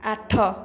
ଆଠ